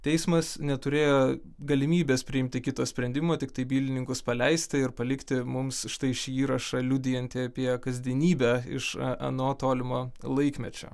teismas neturėjo galimybės priimti kito sprendimo tiktai bylininkus paleisti ir palikti mums štai šį įrašą liudijantį apie kasdienybę iš ano tolimo laikmečio